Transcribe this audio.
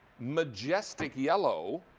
majestic yellow,